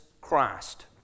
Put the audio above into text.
Christ